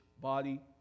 body